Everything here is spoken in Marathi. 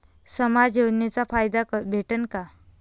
समाज योजनेचा फायदा भेटन का?